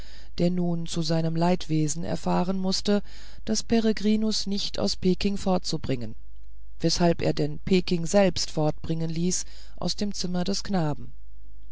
der nun zu seinem leidwesen erfahren mußte daß peregrinus nicht aus peking fortzubringen weshalb er denn peking selbst fortbringen ließ aus dem zimmer des knaben